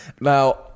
Now